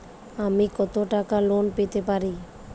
আমি কত টাকা লোন পেতে পারি?